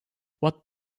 what